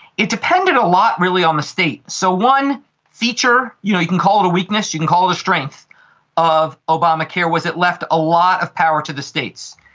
it depended a lot really on the state. so one feature, you know, you can call it a weakness, you can call it a strength of obamacare was it left a lot of power to the states.